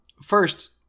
first